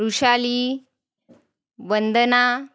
Rushali Vandana